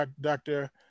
Dr